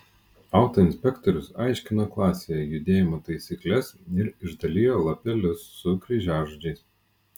autoinspektorius aiškino klasėje judėjimo taisykles ir išdalijo lapelius su kryžiažodžiais